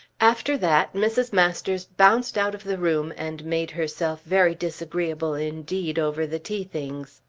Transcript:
after that mrs. masters bounced out of the room, and made herself very disagreeable indeed over the tea-things.